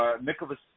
Nicholas